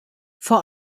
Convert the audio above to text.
vor